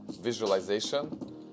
visualization